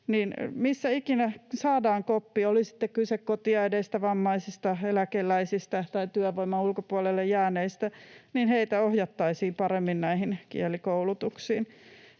missä ikinä saadaan koppi, oli sitten kyse kotiäideistä, vammaisista, eläkeläisistä tai työvoiman ulkopuolelle jääneistä, heitä ohjattaisiin paremmin näihin kielikoulutuksiin.